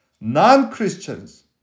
Non-Christians